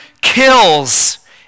kills